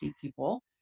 people